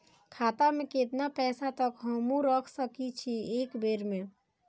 खाता में केतना पैसा तक हमू रख सकी छी एक बेर में?